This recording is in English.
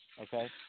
Okay